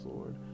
Lord